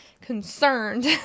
concerned